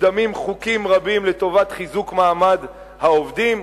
מקודמים חוקים רבים לטובת חיזוק מעמד העובדים.